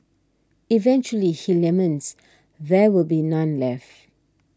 eventually he laments there will be none left